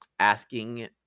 asking